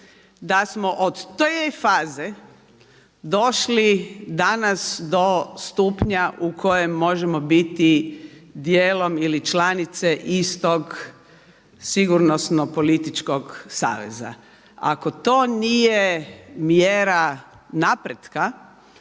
da smo od te faze došli danas do stupnja u kojem možemo biti dijelom ili članice istog sigurnosno političkog saveza. Ako to nije mjera napretka,